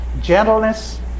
gentleness